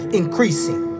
increasing